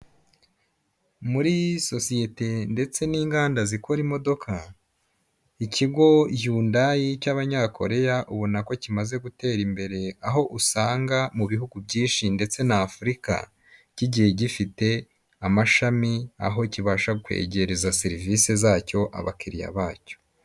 Muri sosiyete ndetse n'inganda zikora imodoka ikigo yundayi cy'abanyakoreya ubona ko kimaze gutera imbere aho usanga mu bihugu byinshi ndetse na afurika kigiye gifite amashami aho kibasha kwegereza serivisi zacyo abakiriya bacyo.